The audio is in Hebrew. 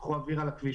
קחו אוויר על הכביש,